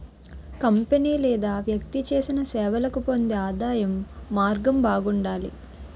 company లేదా వ్యక్తి చేసిన సేవలకు పొందే ఆదాయం మార్గం బాగుండాలి